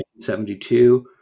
1972